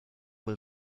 will